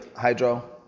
Hydro